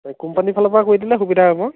এই কোম্পানীৰ ফালৰপৰা কৰি দিলে সুবিধা হ'ব